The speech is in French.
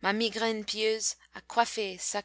ma migraine pieuse a coiffé sa